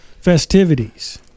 festivities